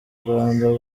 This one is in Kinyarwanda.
rwanda